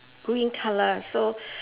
green colour so